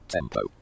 Tempo